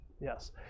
Yes